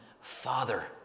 Father